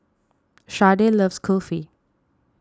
Sharday loves Kulfi